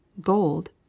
gold